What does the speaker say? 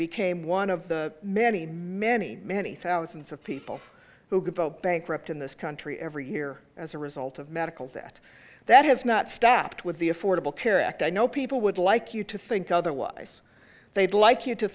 became one of the many many many thousands of people who go bankrupt in this country every year as a result of medical debt that has not stopped with the affordable care act i know people would like you to think otherwise they'd like you to